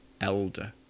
elder